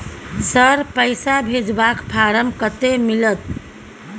Sir, पैसा भेजबाक form कत्ते मिलत?